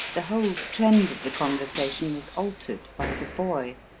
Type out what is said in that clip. the whole trend of the conversation was altered by the boy.